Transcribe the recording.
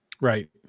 Right